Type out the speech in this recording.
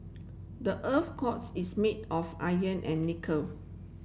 the earth's cores is made of iron and nickel